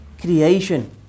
creation